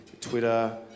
Twitter